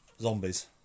zombies